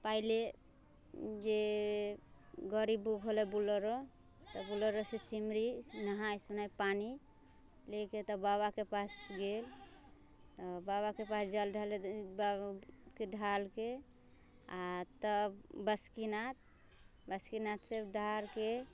पहिले जे गड़ी बुक हुलै बोलेरो तऽ बोलेरोसँ सिमरी नहाइ सोनाइ पानि लए के तऽ बाबाके पास गेल तऽ बाबाके पास जल ढ़ारली बाबाके ढ़ारके आओर तब बासुकीनाथ बासुकीनाथसँ ढ़ारके